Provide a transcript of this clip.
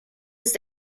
ist